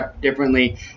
differently